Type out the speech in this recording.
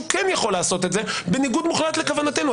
כן יכול לעשות את זה בניגוד מוחלט לכוונתנו.